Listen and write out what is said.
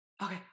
Okay